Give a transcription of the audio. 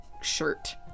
shirt